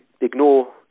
ignore